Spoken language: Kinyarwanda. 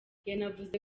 yanavuze